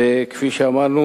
כפי שאמרנו.